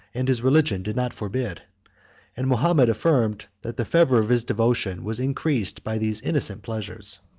and his religion did not forbid and mahomet affirmed, that the fervor of his devotion was increased by these innocent pleasures.